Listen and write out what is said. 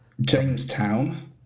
Jamestown